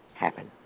happen